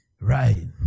Right